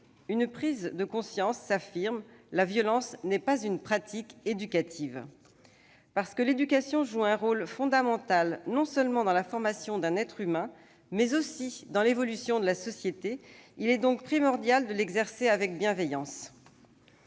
Une prise de conscience s'affirme : la violence n'est pas une pratique éducative. Parce que l'éducation joue un rôle fondamental non seulement dans la formation de l'être humain, mais aussi dans l'évolution de la société, il est primordial de l'exercer avec bienveillance.